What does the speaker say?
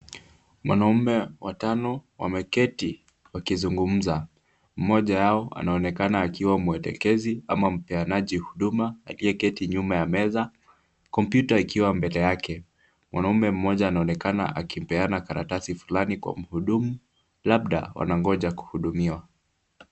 Wanaume watano wameketi wakizungumza, mmoja wao anaonekana akiwa mwelekezi au mpeanaji huduma aliyeketi nyuma ya meza, kompyuta ikiwa mbele yake. Mwanamume mmoja anaonekana akipeana karatasi fulani kwa mhudumu labda wanangoja kuhudumiwa.